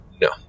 No